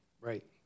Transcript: right